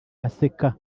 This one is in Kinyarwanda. aseka